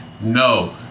no